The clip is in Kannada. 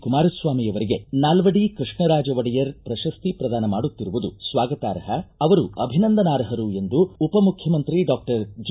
ಕುಮಾರಸ್ವಾಮಿ ಅವರಿಗೆ ನಾಲ್ವಡಿ ಕೃಷ್ಣರಾಜ ಒಡೆಯರ್ ಪ್ರಶಸ್ತಿ ಪ್ರದಾನ ಮಾಡುತ್ತಿರುವುದು ಸ್ಟಾಗತಾರ್ಹ ಅವರು ಅಭಿನಂದನಾರ್ಹರು ಎಂದು ಉಪಮುಖ್ಯಮಂತ್ರಿ ಡಾಕ್ಟರ್ ಜಿ